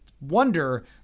wonder